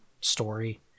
story